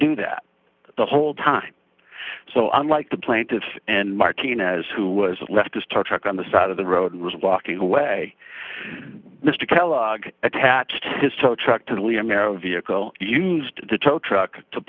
do that the whole time so unlike the plaintiffs and martinez who was left to star trek on the side of the road and was walking away mr kellogg attached his toe truck to liam arrow vehicle used the tow truck to